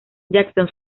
jackson